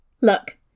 Look